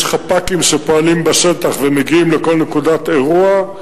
יש חפ"קים שפועלים בשטח ומגיעים לכל נקודת אירוע.